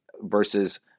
versus